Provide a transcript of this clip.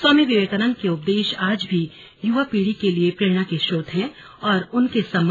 स्वोमी विवेकानंद के उपदेश आज भी युवा पीढ़ी के लिए प्रेरणा के स्रोत हैं और उनके सम्मा